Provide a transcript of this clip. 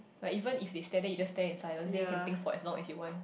like even if they stay there then you stare in silence then you can think for as long as you want